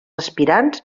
aspirants